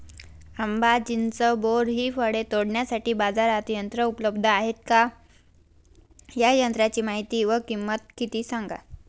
आंबा, चिंच, बोर हि फळे तोडण्यासाठी बाजारात यंत्र उपलब्ध आहेत का? या यंत्रांची माहिती व किंमत सांगा?